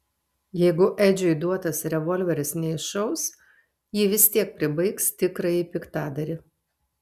jeigu edžiui duotas revolveris neiššaus ji vis tiek pribaigs tikrąjį piktadarį